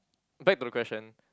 back to the question